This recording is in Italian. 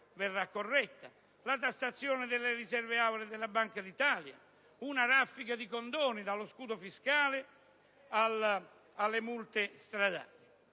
verrà corretta, la tassazione delle riserve auree della Banca d'Italia, una raffica di condoni, dallo scudo fiscale alle multe stradali.